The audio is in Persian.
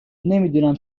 نمیدونم